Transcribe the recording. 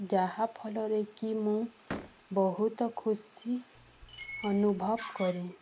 ଯାହାଫଳରେ କି ମୁଁ ବହୁତ ଖୁସି ଅନୁଭବ କରେ